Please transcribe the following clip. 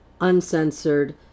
uncensored